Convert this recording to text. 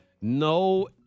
No